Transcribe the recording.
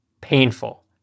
painful